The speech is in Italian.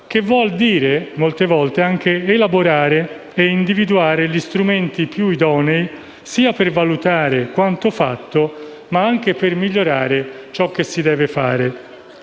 che vuole dire molte volte anche elaborare e individuare gli strumenti più idonei sia per valutare quanto fatto, sia per migliorare ciò che si deve fare.